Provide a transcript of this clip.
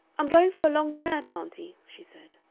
i'm going for a long tramp, auntie, she said.